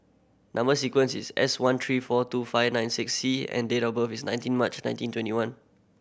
number sequence is S one three four two five nine six C and date of birth is nineteen March nineteen twenty one